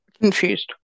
Confused